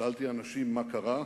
שאלתי אנשים מה קרה,